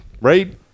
right